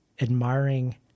admiring